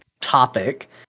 topic